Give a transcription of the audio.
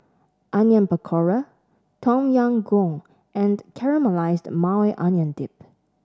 Onion Pakora Tom Yam Goong and Caramelized Maui Onion Dip